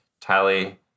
Tally